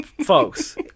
Folks